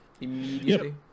immediately